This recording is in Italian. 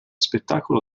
spettacolo